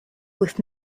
with